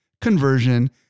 conversion